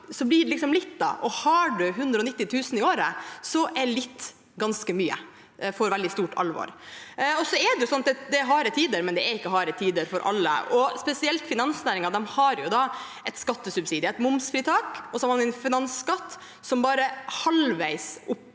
har man 190 000 kr i året, er litt ganske mye, og det får veldig stort alvor. Det er harde tider, men det er ikke harde tider for alle. Spesielt finansnæringen har en skattesubsidie, et momsfritak, og så har man en finansskatt som bare halvveis oppveier